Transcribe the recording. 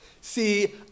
See